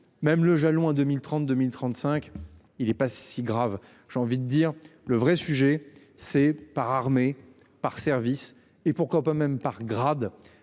même le jalon à 2032 1035. Il est pas si grave. J'ai envie de dire le vrai sujet c'est par armée par service et pourquoi pas même par grade